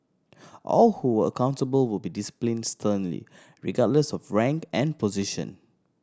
all who are accountable will be discipline sternly regardless of rank and position